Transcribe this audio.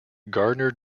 garnered